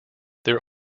there